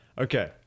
Okay